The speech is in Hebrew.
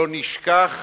לא נשכח